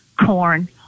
corn